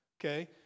Okay